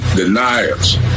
deniers